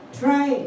try